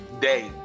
day